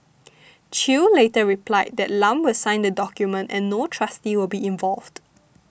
Chew later replied that Lam will sign the document and no trustee will be involved